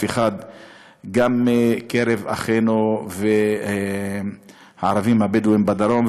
אחד גם מקרב אחינו הערבים הבדואים בדרום.